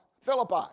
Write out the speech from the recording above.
Philippi